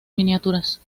miniaturas